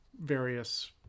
various